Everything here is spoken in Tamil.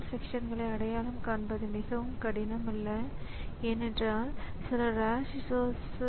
அதிர்ஷ்டவசமாக அல்லது துரதிர்ஷ்டவசமாக ஒரு கணினி அமைப்பில் நம்மிடம் உள்ள இந்த உபகரணங்கள் ஒரே சீரானவை அல்ல